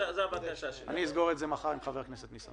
אני אסגור את זה עם חבר הכנסת ניסנקורן.